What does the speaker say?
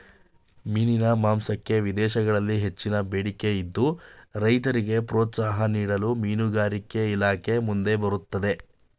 ಮೀನಿನ ಮಾಂಸಕ್ಕೆ ವಿದೇಶಗಳಲ್ಲಿ ಹೆಚ್ಚಿನ ಬೇಡಿಕೆ ಇದ್ದು, ರೈತರಿಗೆ ಪ್ರೋತ್ಸಾಹ ನೀಡಲು ಮೀನುಗಾರಿಕೆ ಇಲಾಖೆ ಮುಂದೆ ಬರುತ್ತಿದೆ